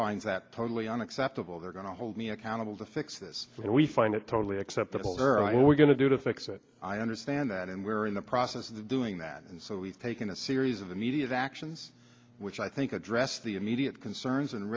finds that totally unacceptable they're going to hold me accountable to fix this and we find it totally acceptable there and we're going to do to fix it i understand that and we're in the process of doing that and so we've taken a series of immediate actions which i think address the immediate concerns and